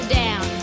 down